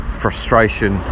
frustration